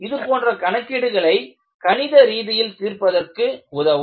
இதுபோன்ற கணக்கீடுகளை கணித ரீதியில் தீர்ப்பதற்கு இது உதவும்